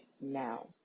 now